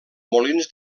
molins